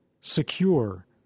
secure